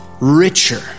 richer